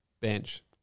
Bench